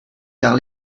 car